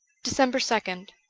december second